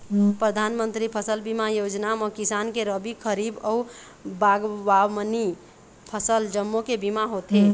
परधानमंतरी फसल बीमा योजना म किसान के रबी, खरीफ अउ बागबामनी फसल जम्मो के बीमा होथे